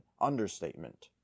Understatement